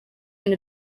and